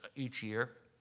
each year.